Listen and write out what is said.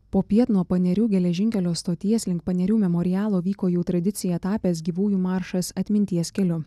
popiet nuo panerių geležinkelio stoties link panerių memorialo vyko jau tradicija tapęs gyvųjų maršas atminties keliu